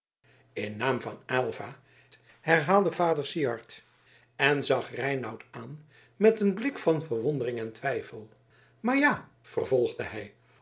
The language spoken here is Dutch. in naam van aylva herhaalde vader syard en zag reinout aan met een blik van verwondering en twijfel maar ja vervolgde hij